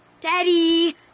Daddy